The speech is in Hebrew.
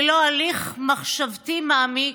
ללא הליך מחשבתי מעמיק,